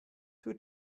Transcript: two